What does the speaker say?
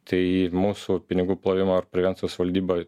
tai mūsų pinigų plovimo prevencijos valdyba